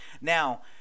Now